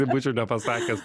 būčiau nepasakęs